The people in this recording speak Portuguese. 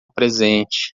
presente